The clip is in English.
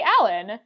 Allen